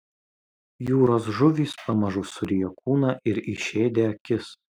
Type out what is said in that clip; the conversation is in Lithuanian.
jūros žuvys pamažu surijo kūną ir išėdė akis